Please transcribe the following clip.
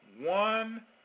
One